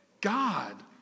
God